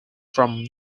from